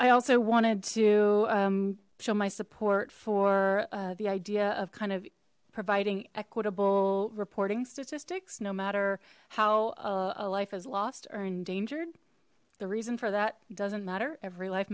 i also wanted to show my support for the idea of kind of providing equitable reporting statistics no matter how a life is lost or endangered the reason for that doesn't matter every life